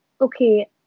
okay